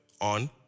on